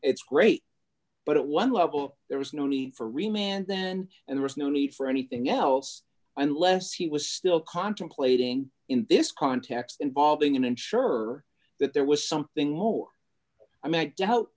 it's great but it one level there was no need for re man then and there is no need for anything else unless he was still contemplating in this context involving ensure that there was something more i might doubt